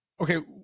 okay